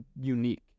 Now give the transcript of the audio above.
unique